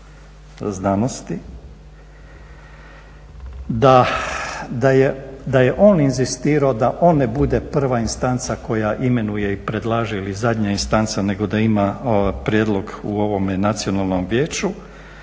da je on inzistirao da on ne bude prva instanca koja imenuje i predlaže ili zadnja instanca nego da ima prijedlog u ovome Nacionalnom vijeću,